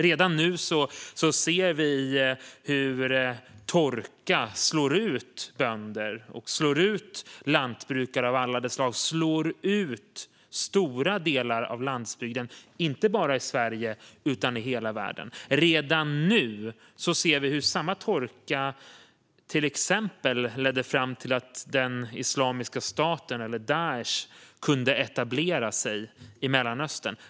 Redan nu ser vi hur torka slår ut bönder, slår ut lantbrukare av alla de slag och slår ut stora delar av landsbygden, inte bara i Sverige utan i hela världen. Redan nu ser vi hur samma torka till exempel ledde fram till att Islamiska staten, eller Daish, kunde etablera sig i Mellanöstern.